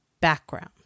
background